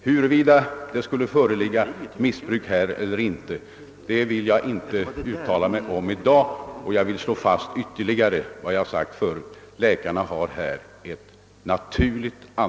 Huruvida det förekommer missbruk vill jag inte uttala mig om i dag, men jag vill ytterligare slå fast att läkarna har ansvaret för de